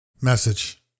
message